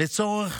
לצורך